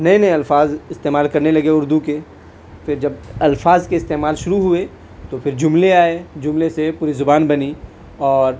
نئے نئے الفاظ استعمال کرنے لگے اردو کے پھر جب الفاظ کے استعمال شروع ہوئے تو پھر جملے آئے جملے سے پوری زبان بنی اور